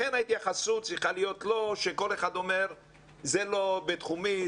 לכן ההתייחסות צריכה להיות לא שכל אחד אומר זה לא בתחומי.